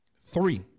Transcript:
Three